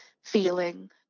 feeling